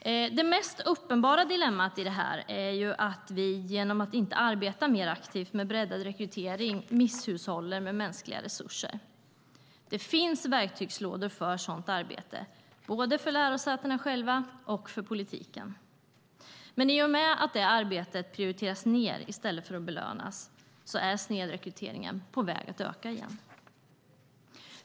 Det mest uppenbara dilemmat i detta är att vi misshushållar med mänskliga resurser genom att inte arbeta mer aktivt med breddad rekrytering. Det finns verktygslådor för sådant arbete, både för lärosätena själva och för politiken. Men i och med att det arbetet prioriteras ned i stället för att belönas är snedrekryteringen på väg att öka igen.